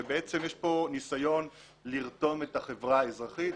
ובעצם יש פה ניסיון לרתום את החברה האזרחית,